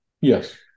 Yes